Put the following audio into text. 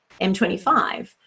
M25